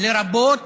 לרבות